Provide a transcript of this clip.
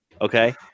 Okay